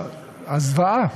הזוועה,